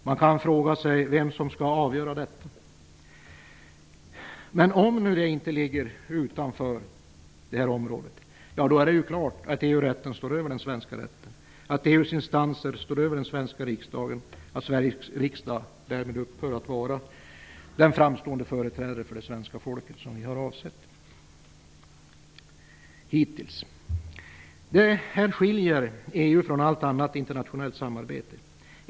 Man kan fråga sig vem som skall avgöra detta. Men om det nu inte ligger utanför det här området? Då är det ju klart att EU-rätten står över den svenska rätten. EU:s instanser står över den svenska riksdagen. Därmed upphör Sveriges riksdag att vara den framstående företrädaren för det svenska folket som vi har avsett att den skall vara. Detta skiljer EU från allt annat internationellt samarbete.